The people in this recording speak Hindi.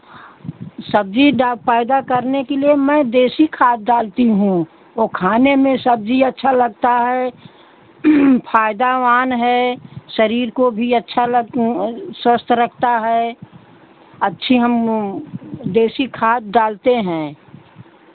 सब्जी डाक पैदा करने के लिए मैं देशी खाद डालती हूँ तो खाने में सब्जी अच्छा लगता है फायदावान है शरीर को भी अच्छा लग स्वस्थ रखता है अच्छी हम देशी खाद डालते हैं